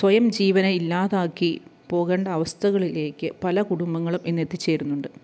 സ്വയം ജീവനെ ഇല്ലാതാക്കി പോകേണ്ട അവസ്ഥകളിലേക്ക് പല കുടുംബങ്ങളും ഇന്ന് എത്തി ചേരുന്നുണ്ട്